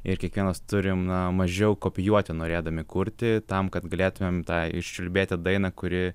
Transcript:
ir kiekvienas turim na mažiau kopijuoti norėdami kurti tam kad galėtumėm tą iščiulbėti dainą kuri